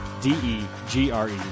D-E-G-R-E